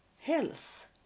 health